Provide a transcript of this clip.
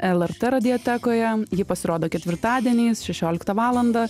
lrt radijotekoje ji pasirodo ketvirtadieniais šešioliktą valandą